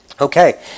Okay